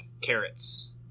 carrots